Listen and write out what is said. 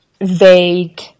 vague